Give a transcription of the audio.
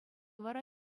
вара